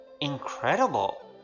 Incredible